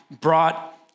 brought